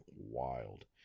wild